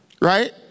right